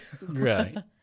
Right